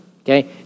Okay